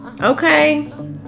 Okay